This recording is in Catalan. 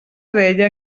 deia